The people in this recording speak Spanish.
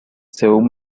según